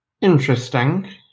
Interesting